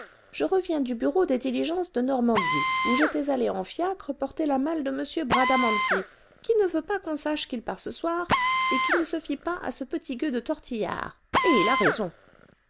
je reviens du bureau des diligences de normandie où j'étais allée en fiacre porter la malle de m bradamanti qui ne veut pas qu'on sache qu'il part ce soir et qui ne se fie pas à ce petit gueux de tortillard et il a raison